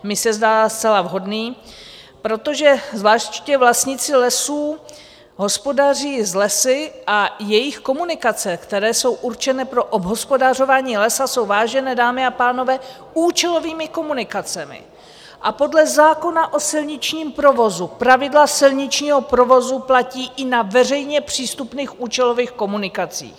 Mně se zdá zcela vhodný, protože zvláště vlastníci lesů hospodaří s lesy a jejich komunikace, které jsou určeny pro obhospodařování lesa, jsou, vážené dámy a pánové, účelovými komunikacemi a podle zákona o silničním provozu pravidla silničního provozu platí i na veřejně přístupných účelových komunikacích.